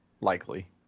likely